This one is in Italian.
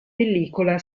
pellicola